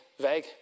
vague